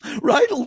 right